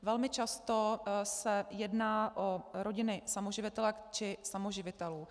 Velmi často se jedná o rodiny samoživitelek či samoživitelů.